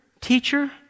teacher